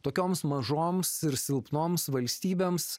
tokioms mažoms ir silpnoms valstybėms